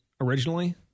originally